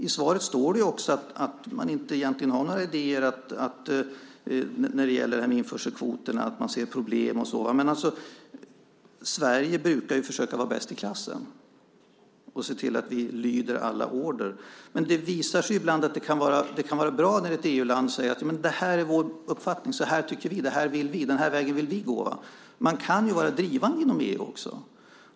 I svaret står det också att man egentligen inte har några idéer när det gäller införselkvoterna, man ser problem, och så vidare. Sverige brukar ju försöka vara bäst i klassen och se till att vi lyder alla order. Men det visar sig ibland att det kan vara bra när ett EU-land säger: Det här är vår uppfattning. Så tycker vi. Det här vill vi. Den här vägen vill vi gå. Man kan ju vara drivande inom EU också.